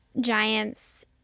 Giants